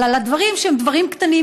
אבל על דברים שהם דברים קטנים,